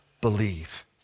Believe